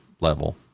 level